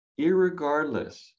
Irregardless